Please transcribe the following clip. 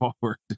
forward